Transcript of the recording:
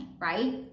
right